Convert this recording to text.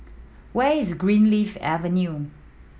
where is Greenleaf Avenue